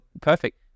perfect